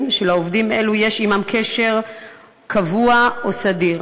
שלעובדים אלו יש עמם קשר קבוע או סדיר.